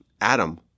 Adam